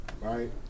right